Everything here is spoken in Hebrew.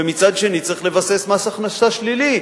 מצד שני, צריך לבסס מס הכנסה שלילי.